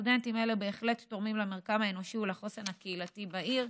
סטודנטים אלה בהחלט תורמים למרקם האנושי ולחוסן הקהילתי בעיר.